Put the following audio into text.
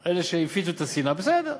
אלה שהפיצו את השנאה, בסדר,